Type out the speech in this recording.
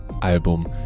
album